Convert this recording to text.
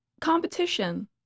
Competition